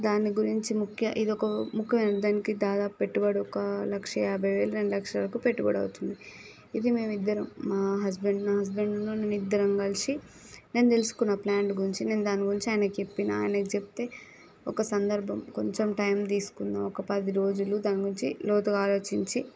దాన్ని గురించి ముఖ్య ఇది ఒక ముఖ్య ముఖ్యమైన ఒక దానికి దాదాపు పెట్టుబడి ఒక లక్ష యాభై వేలు రెండు లక్షల వరకు పెట్టుబడి అవుతుంది ఇది మేము ఇద్దరం మా హస్బెండ్ నా హస్బెండ్ ను నేను ఇద్దరం కలిసి నేను తెలుసుకున్న ప్లాంట్ గురించి నేను దాని గురించి ఆయనకి చెప్పిన ఆయనకి చెప్తే ఒక సందర్భం కొంచం టైమ్ తీసుకున్న ఒక పది రోజులు దాని గురించి లోతుగా ఆలోచించి